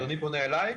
אדוני פונה אלי?